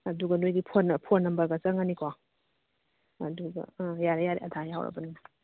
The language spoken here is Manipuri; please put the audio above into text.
ꯑꯗꯨꯒ ꯅꯣꯏꯒꯤ ꯐꯣꯟ ꯃꯟꯕꯔꯒ ꯆꯪꯉꯅꯤꯀꯣ ꯑꯗꯨꯒ ꯑꯥ ꯌꯥꯔꯦ ꯌꯥꯔꯦ ꯑꯥꯙꯥꯔ ꯌꯥꯎꯔꯕꯅꯤꯅ